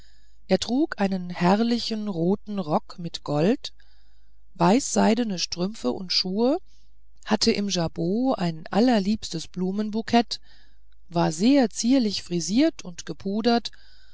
er trug einen herrlichen roten rock mit gold weißseidene strümpfe und schuhe hatte im jabot ein allerliebstes blumenbukett war sehr zierlich frisiert und gepudert